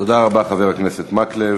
תודה רבה, חבר הכנסת מקלב.